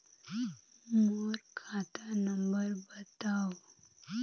मोर खाता नम्बर बताव?